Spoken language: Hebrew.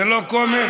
זה לא קומץ?